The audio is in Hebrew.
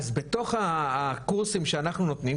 אז בתוך הקורסים שאנחנו נותנים,